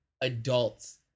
adults